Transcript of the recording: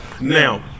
Now